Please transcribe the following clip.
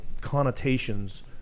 connotations